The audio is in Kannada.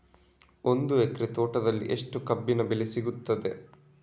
ಒಂದು ಎಕರೆ ತೋಟದಲ್ಲಿ ಎಷ್ಟು ಕಬ್ಬಿನ ಬೆಳೆ ಸಿಗುತ್ತದೆ?